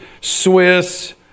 Swiss